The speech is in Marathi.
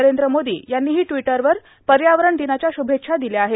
नरेंद्र मोदी यांनीही ट्रिवटरवर पर्यावरण दिनाष्या शुपेच्छा दिल्या आहेत